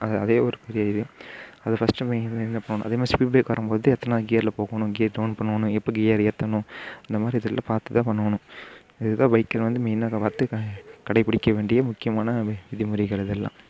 அது அதே ஒரு புதிய இது அதை ஃபஸ்ட்டு அதுமாரி ஸ்பீட் ப்ரேக் வரும்போது எத்தனை கியரில் போகணும் கியர் டவுன் பண்ணணும் எப்படி கியர் ஏற்றணும் இந்தமாதிரி இதெல்லாம் பார்த்துதான் பண்ணணும் இதுதான் பைக்கர் வந்து மெயினாக அதை பார்த்து கடைபிடிக்கவேண்டிய முக்கியமான விதிமுறைகள் இதெல்லாம்